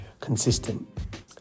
consistent